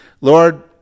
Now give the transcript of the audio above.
Lord